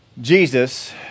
Jesus